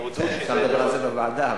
אפשר לדבר על זה בוועדה,